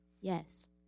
Yes